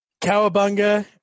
Cowabunga